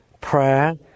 prayer